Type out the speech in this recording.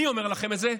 אני אומר לכם את זה.